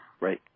right